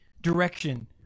direction